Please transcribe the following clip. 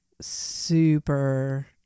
super